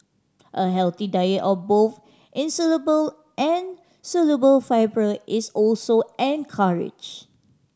a healthy diet of both insoluble and soluble fibre is also encouraged